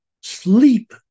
sleep